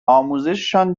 آموزششان